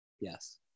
Yes